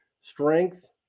strength